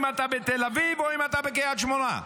אם אתה בתל אביב או אם אתה בקריית שמונה.